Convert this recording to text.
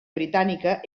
britànica